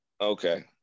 Okay